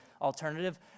alternative